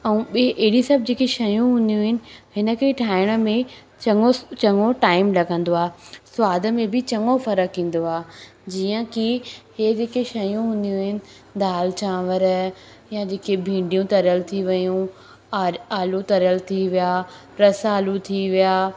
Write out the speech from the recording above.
ऐं ॿिए अहिड़ी सभु जेकी शयूं हूंदियूं आहिनि हिन खे ठाहिण में चङो चङो टाइम लॻंदो आहे सवाद में बि चङो फ़र्क़ु ईंदो आहे जीअं की हे जेके शयूं हूंदियूं आहिनि दाल चांवर या जेके भींडियूं तरियल थी वियूं और आलू तरियल थी विया रस आलू थी विया